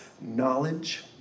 knowledge